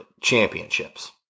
championships